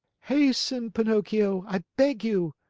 hasten, pinocchio, i beg you!